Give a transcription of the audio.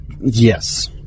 Yes